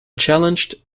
challenged